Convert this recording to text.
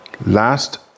Last